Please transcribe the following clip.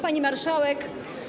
Pani Marszałek!